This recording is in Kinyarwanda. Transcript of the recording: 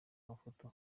amafoto